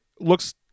Looks